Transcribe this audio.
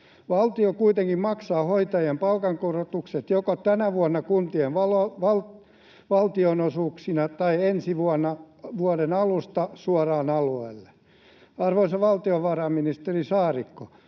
Valtio kuitenkin maksaa hoitajien palkankorotukset joko tänä vuonna kuntien valtionosuuksina tai ensi vuoden alusta suoraan alueille. Arvoisa valtiovarainministeri Saarikko,